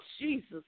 Jesus